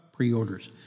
pre-orders